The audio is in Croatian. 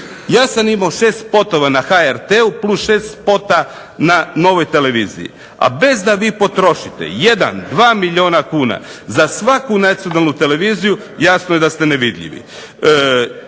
Ja sam imao 6 spotova na HRT-u plus 6 spota na Novoj tv a bez da vi potrošite 1, 2 milijuna kuna, za svaku nacionalnu televiziju jasno je da ste nevidljivi.